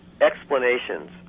explanations